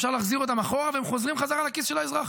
אפשר להחזיר אותם אחורה והם חוזרים חזרה לכיס של האזרח.